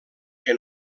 que